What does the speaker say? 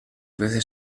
veces